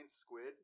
squid